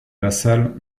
vassal